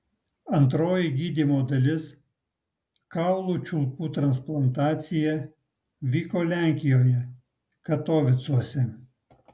antroji gydymo dalis kaulų čiulpų transplantacija vyko lenkijoje katovicuose